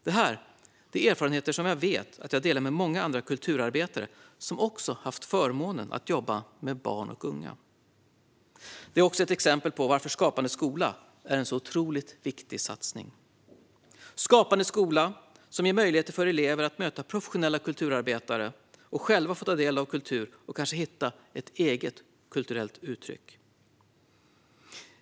Det här är erfarenheter som jag vet att jag delar med många andra kulturarbetare som också haft förmånen att jobba med barn och unga. Det är också ett exempel på varför Skapande skola är en otroligt viktig satsning. Skapande skola ger möjligheter för elever att möta professionella kulturarbetare och själva ta del av kultur och kanske hitta ett eget kulturellt uttryck.